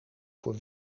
voor